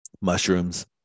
mushrooms